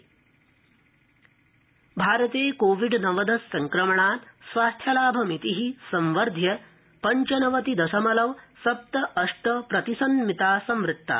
COVID नवदश भारते Covid नवदश सङ्क्रमणात् स्वास्थ्यलाभमिति संवध्य पञ्चनवति दशमलव सप्त अष्ट प्रतिशन्मिता संवृत्ता